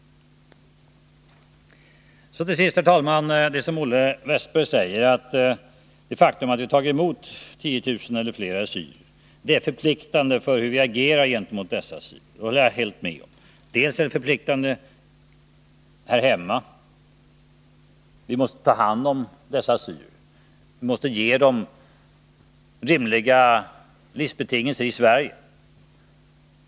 Olle Wästberg säger att det faktum att vi tagit emot 10 000 eller fler assyrier är förpliktande för hur vi agerar gentemot dem. Jag håller med om detta. Dels är det förpliktande här hemma: vi måste ta hand om dessa assyrier och ge dem rimliga levnadsvillkor i Sverige.